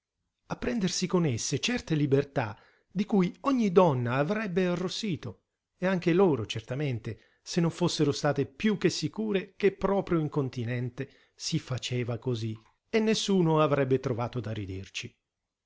a prendersi con esse certe libertà di cui ogni donna avrebbe arrossito e anche loro certamente se non fossero state piú che sicure che proprio in continente si faceva cosí e nessuno avrebbe trovato da ridirci